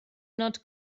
not